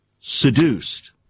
seduced